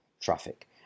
traffic